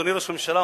אדוני ראש הממשלה.